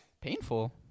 Painful